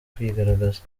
kwigaragaza